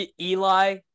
Eli